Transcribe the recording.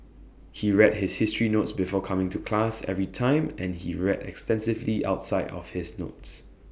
he read his history notes before coming to class every time and he read extensively outside of his notes